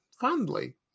fondly